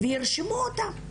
וירשמו אותן.